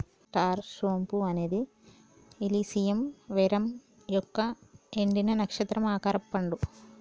star సోంపు అనేది illicium verum యొక్క ఎండిన, నక్షత్రం ఆకారపు పండు